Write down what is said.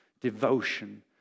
devotion